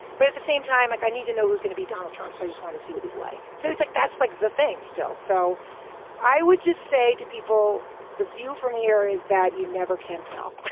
but at the same time, like i i need to know who's going to be donald trump. so i just want to see what he's like. so it's like that's like the thing still. so i would just say to people, the view from here is that you never can tell